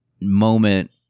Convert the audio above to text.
moment